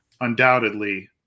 undoubtedly –